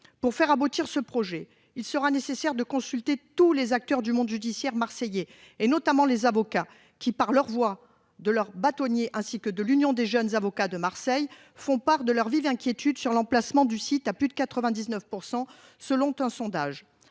pour faire aboutir ce projet, il sera nécessaire de consulter tous les acteurs du monde judiciaire marseillais et notamment les avocats qui, par leur voix de leur bâtonnier ainsi que de l'Union des jeunes avocats de Marseille font part de leur vive inquiétude sur l'emplacement du site à plus de 99% selon un sondage